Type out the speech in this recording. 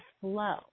flow